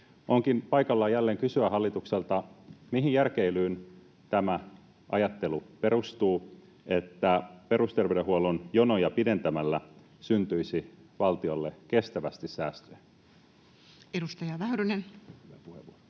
Onkin paikallaan jälleen kysyä hallitukselta: mihin järkeilyyn tämä ajattelu perustuu, että perusterveydenhuollon jonoja pidentämällä syntyisi valtiolle kestävästi säästöjä? [Speech 186] Speaker: